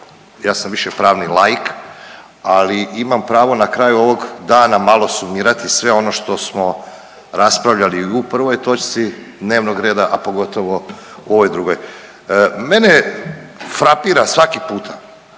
ja sam više pravni laik, ali imam pravo na kraju ovog dana malo sumirati sve ono što smo raspravljali i u prvoj točci dnevnog reda, a pogotovo u ovoj drugoj. Mene frapira svaki puta